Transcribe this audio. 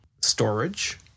storage